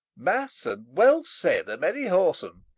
mass, and well said a merry whoreson,